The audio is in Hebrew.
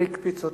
זה הקפיץ אותי.